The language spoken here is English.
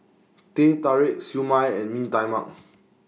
Teh Tarik Siew Mai and Mee Tai Mak